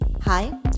Hi